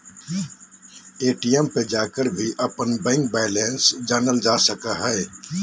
ATM पर जाकर भी अपन बैंक बैलेंस जानल जा सको हइ